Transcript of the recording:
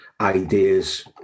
ideas